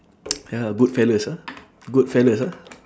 ya lah good fellas ah good fellas ah